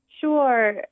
sure